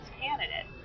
candidate